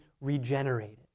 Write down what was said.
regenerated